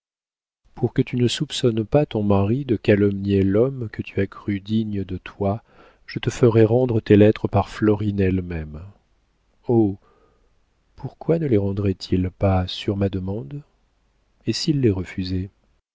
pour que tu ne soupçonnes pas ton mari de calomnier l'homme que tu as cru digne de toi je te ferai rendre tes lettres par florine elle-même oh pourquoi ne les rendrait-il pas sur ma demande et s'il les refusait